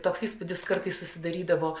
toks įspūdis kartais susidarydavo